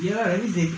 இதுலா:ithulaa only they